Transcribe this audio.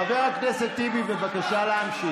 חבר הכנסת טיבי, בבקשה להמשיך.